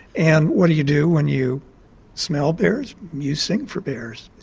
and what do you do when you smell bears? you sing for bears,